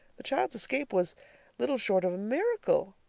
the child's escape was little short of a miracle.